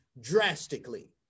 drastically